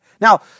Now